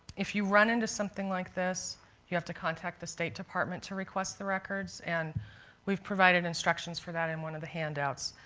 if you run into something like this you have to contact the state department to request the records. and we've provided instructions for that in one of the handouts.